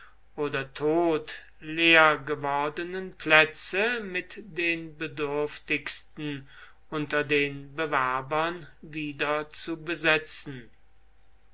oder tod leergewordenen plätze mit den bedürftigsten unter den bewerbern wieder zu besetzen